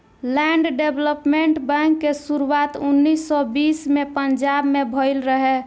land development bank के शुरुआत उन्नीस सौ बीस में पंजाब में भईल रहे